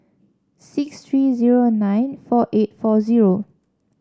six three zero nine four eight four zero